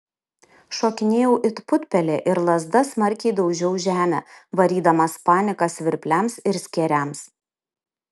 šokinėjau it putpelė ir lazda smarkiai daužiau žemę varydamas paniką svirpliams ir skėriams